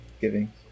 Giving